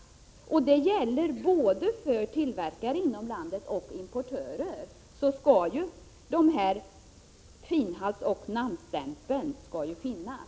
Både när det gäller tillverkning och import skall finhaltsoch namnstämplarna finnas.